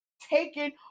taken